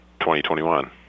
2021